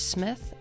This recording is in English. Smith